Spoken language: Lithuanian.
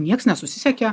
nieks nesusisiekė